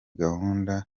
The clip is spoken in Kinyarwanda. gahunda